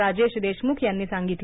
राजेश देशमुख यांनी सांगितलं